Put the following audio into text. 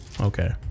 okay